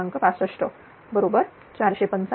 65 बरोबर 455 kW